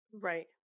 Right